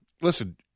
listen